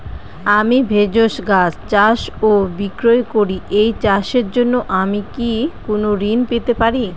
আমি ভেষজ গাছ চাষ ও বিক্রয় করি এই চাষের জন্য আমি কি কোন ঋণ পেতে পারি?